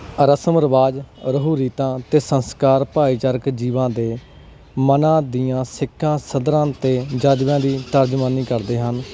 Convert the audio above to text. ਰਸਮ ਰਿਵਾਜ਼ ਰਹੂ ਰੀਤਾਂ ਅਤੇ ਸੰਸਕਾਰ ਭਾਈਚਾਰਕ ਜੀਵਾਂ ਦੇ ਮਨਾਂ ਦੀਆਂ ਸਿੱਕਾਂ ਸਧਰਾਂ 'ਤੇ ਦੀ ਤਰਜਮਾਨੀ ਕਰਦੇ ਹਨ